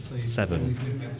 seven